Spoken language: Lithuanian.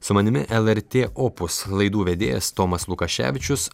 su manimi lrt opus laidų vedėjas tomas lukaševičius